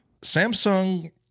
samsung